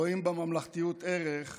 הרואים בממלכתיות ערך,